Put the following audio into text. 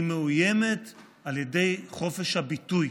היא מאוימת על ידי חופש הביטוי,